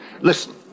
Listen